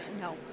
no